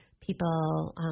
people